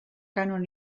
kanon